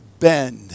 bend